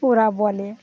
ওরা বলে